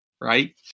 right